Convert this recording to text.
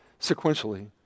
sequentially